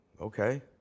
Okay